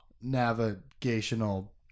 navigational